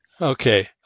Okay